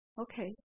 Okay